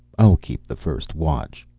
i'll keep the first watch.